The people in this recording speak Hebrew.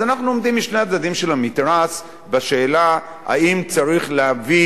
אז אנחנו עומדים משני הצדדים של המתרס בשאלה האם צריך להביא